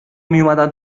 میومدن